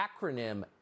acronym